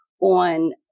on